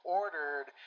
ordered